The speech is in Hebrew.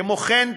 כמו כן,